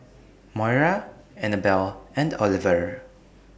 Moira Annabel and Oliver